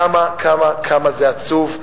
כמה, כמה, כמה זה עצוב.